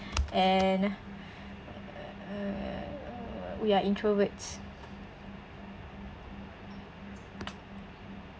and err we are introverts